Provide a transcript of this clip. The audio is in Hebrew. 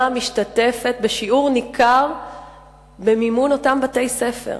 משתתפת בשיעור ניכר במימון אותם בתי-ספר.